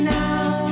now